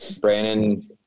Brandon